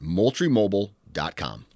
MoultrieMobile.com